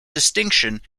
distinction